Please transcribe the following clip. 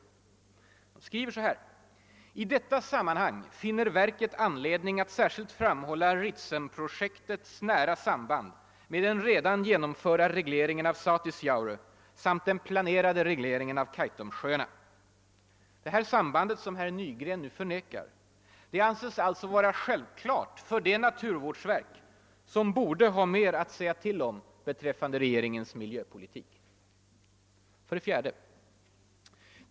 Det skriver så här: »I detta sammanhang finner verket anledning att särskilt framhålla Ritsemprojektets nära samband med den redan genomförda regleringen av Satisjaure samt den planerade regleringen av Kaitumsjöarna.» Detta samband, som herr Nygren nu förnekar, anses alltså vara självklart för det naturvårdsverk, som borde ha mera att säga till om beträffande regeringens miljöpolitik. 4.